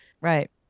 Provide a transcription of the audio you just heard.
Right